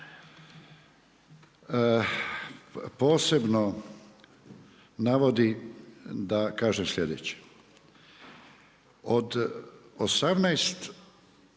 posebno navodi da kažem sljedeće. Od 18